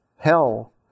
Hell